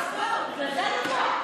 בך.